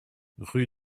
rue